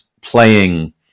playing